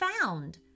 found